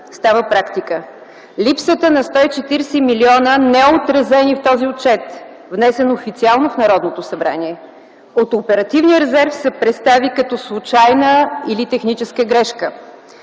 става практика. Липсата на 140 млн. лв. неотразени в този отчет, внесен официално в Народното събрание, от оперативния резерв се представи като случайна или техническа грешка.